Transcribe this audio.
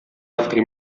altri